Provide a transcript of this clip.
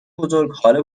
بزرگ، هال